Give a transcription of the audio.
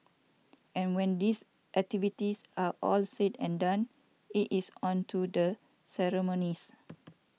and when these activities are all said and done it is on to the ceremonies